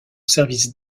service